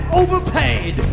overpaid